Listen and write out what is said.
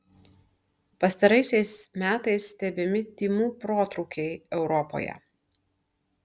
pastaraisiais metais stebimi tymų protrūkiai europoje